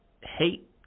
Hate